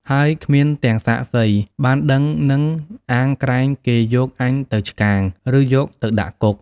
ហើយគ្មានទាំងសាក្សីបានដឹងនឹងអាងក្រែងគេយកអញទៅឆ្កាង ឬយកទៅដាក់គុក” ។